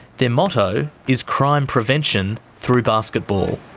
their motto is crime prevention through basketball.